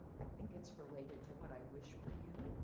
i think it's related to what i wish for you